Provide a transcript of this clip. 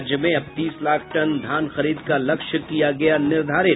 राज्य में अब तीस लाख टन धान खरीद का लक्ष्य किया गया निर्धारित